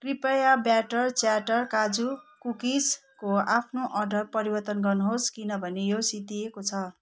कृपया batter chatter काजु कुकिजको आफ्नो अर्डर परिवर्तन गर्नुहोस् किनभने यो सिद्धिएको छ